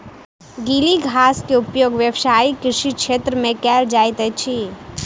गीली घास के उपयोग व्यावसायिक कृषि क्षेत्र में कयल जाइत अछि